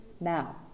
now